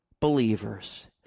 believers